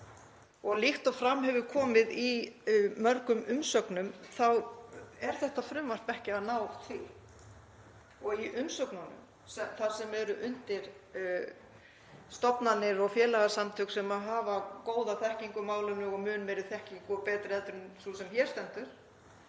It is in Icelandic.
Líkt og fram hefur komið í mörgum umsögnum þá er þetta frumvarp ekki að ná því. Og í umsögnunum, þar sem að baki eru stofnanir og félagasamtök sem hafa góða þekkingu á málinu og mun meiri og betri þekkingu en sú sem hér stendur,